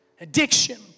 Addiction